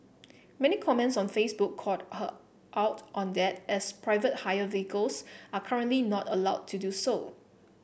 many comments on Facebook called her out on that as private hire vehicles are currently not allowed to do so